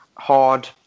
hard